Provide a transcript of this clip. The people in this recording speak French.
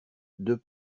deux